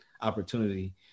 opportunity